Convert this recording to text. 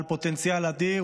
בעל פוטנציאל אדיר,